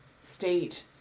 state